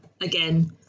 again